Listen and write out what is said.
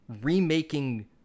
remaking